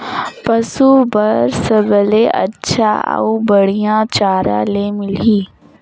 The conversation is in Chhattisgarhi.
पशु बार सबले अच्छा अउ बढ़िया चारा ले मिलही?